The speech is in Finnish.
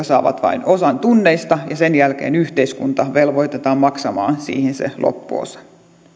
saavat vain osan tunneista ja sen jälkeen yhteiskunta velvoitetaan maksamaan siihen se loppuosa